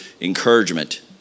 encouragement